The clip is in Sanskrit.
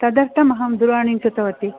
तदर्थम् अहं दूरवाणीं कृतवति